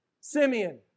Simeon